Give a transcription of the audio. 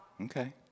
Okay